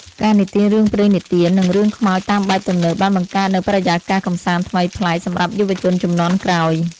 ការនិទានរឿងព្រេងនិទាន និងរឿងខ្មោចតាមបែបទំនើបបានបង្កើតនូវបរិយាកាសកម្សាន្តថ្មីប្លែកសម្រាប់យុវជនជំនាន់ក្រោយ។